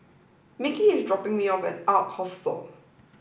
Mickie is dropping me off at Ark Hostel